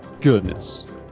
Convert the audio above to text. goodness